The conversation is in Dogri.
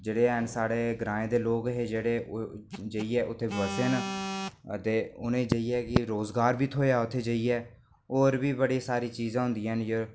जेह्ड़े हैन साढ़े जेह्ड़े ग्राएं दे लोक हे जाइयै उत्थै बस्से न ते उ'नें गी रोजगार बी थ्होएआ उत्थै जाइयै होर बड़ी सारी चीजां होंदियां न